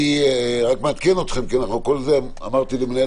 אני רק מעדכן אתכם כי כל הזמן אמרתי למנהל